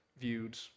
viewed